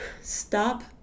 stop